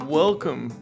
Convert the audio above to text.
welcome